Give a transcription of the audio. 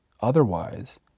Otherwise